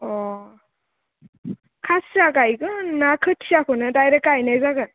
अ खासिया गायगोन ना खोथियाखौनो दाइरेक गायनाय जागोन